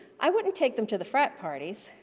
i wouldn't take them to the frat parties,